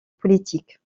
politique